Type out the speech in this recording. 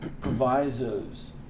provisos